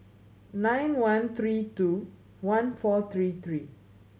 nine one three two one four three three